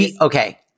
Okay